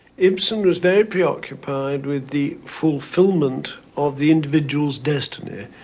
ibsen was very preoccupied with the fulfillment of the individual's destiny,